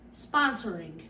sponsoring